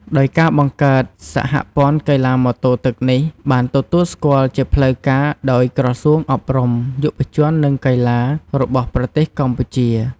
ដោយការបង្កើត សហព័ន្ធកីឡាម៉ូតូទឹកនេះបានទទួលស្គាល់ជាផ្លូវការដោយក្រសួងអប់រំយុវជន និងកីឡារបស់ប្រទេសកម្ពុជា។